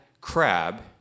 crab